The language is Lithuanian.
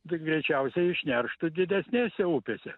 tai greičiausiai išnerštų didesnėse upėse